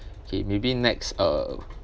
okay maybe next uh